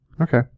Okay